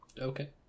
Okay